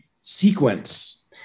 sequence